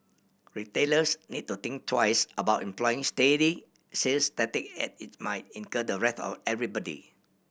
retailers need to think twice about employing sales tactic as it might incur the wrath of everybody